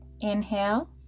Inhale